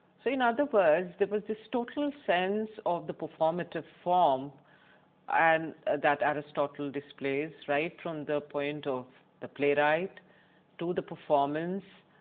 so in other words there was just total sense of the performative form and that aristotle displayed right from the point of the playwright to the performance,